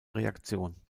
reaktion